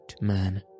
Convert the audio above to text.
man